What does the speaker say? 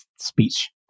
speech